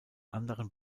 anderen